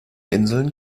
inseln